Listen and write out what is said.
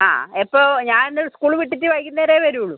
ആ എപ്പോൾ ഞാൻ ഇന്ന് സ്കൂൾ വിട്ടിട്ട് വൈകുന്നേരമേ വരുള്ളൂ